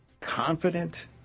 confident